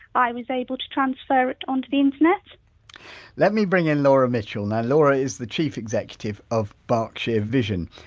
i was able to transfer it on to the internet let me bring in laura mitchell. now laura is the chief executive of berkshire vision.